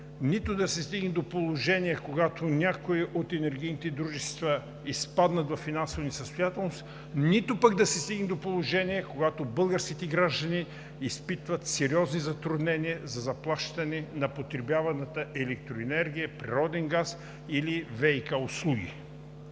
нито да се стига до положение, когато някои от енергийните дружества изпаднат във финансова несъстоятелност, нито пък да се стига до положение, когато българските граждани изпитват сериозни затруднения за заплащане на потребяваната електроенергия, природен газ, или ВиК услуги.